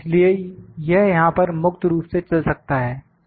इसलिए यह यहां पर मुक्त रूप से चल सकता है